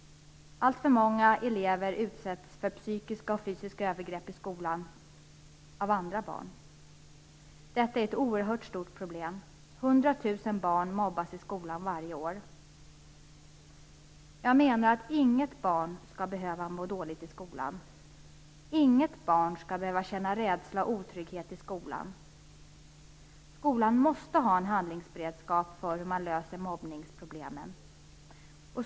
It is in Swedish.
Alltför många elever utsätts för psykiska och fysiska övergrepp i skolan av andra barn. Detta är ett oerhört stort problem. 100 000 barn mobbas i skolan varje år. Jag menar att inget barn skall behöva må dåligt i skolan. Inget barn skall behöva känna rädsla och otrygghet i skolan. Skolan måste ha en handlingsberedskap för hur man löser mobbningsproblemen.